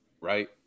right